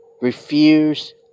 Refuse